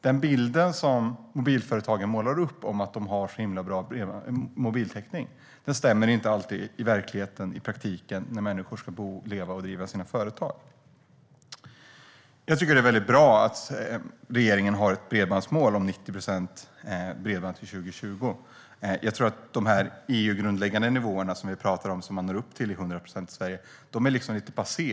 Den bild som mobilföretagen målar upp om att de har himla bra mobiltäckning stämmer alltså inte alltid i verkligheten, i praktiken, där människor ska bo, leva och driva sina företag. Jag tycker att det är väldigt bra att regeringen har ett bredbandsmål om att 90 procent ska ha tillgång till bredband 2020. Jag tror att de EU-grundläggande nivåerna, som vi pratar om, som man når upp till i 100 procent av Sverige, är lite passé.